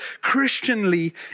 Christianly